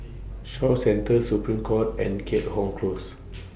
Shaw Centre Supreme Court and Keat Hong Close